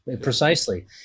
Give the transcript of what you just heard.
Precisely